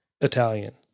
Italian